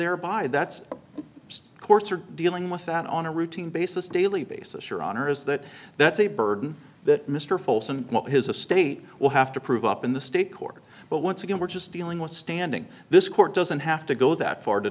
thereby that's just courts are dealing with that on a routine basis daily basis your honor is that that's a burden that mr folson his a state will have to prove up in the state court but once again we're just dealing with standing this court doesn't have to go that far to